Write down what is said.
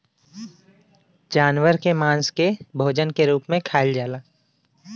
जानवर के मांस के भोजन के रूप में खाइल जाला